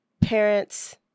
parents